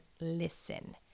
listen